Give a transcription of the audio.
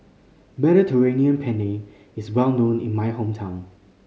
Mediterranean Penne is well known in my hometown